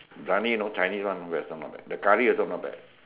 Briyani you know Chinese one not bad not bad the curry one also not bad